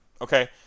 Okay